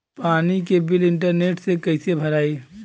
पानी के bill internet से कइसे भराई?